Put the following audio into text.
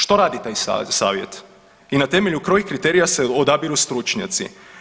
Što radi taj savjet i na temelju kojih kriterija se odabiru stručnjaci?